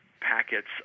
packets